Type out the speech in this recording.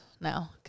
now